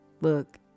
look